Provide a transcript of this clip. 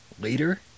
later